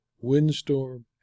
windstorm